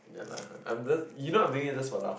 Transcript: ya lah I'm just you know I'm doing it just for laughs